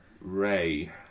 Ray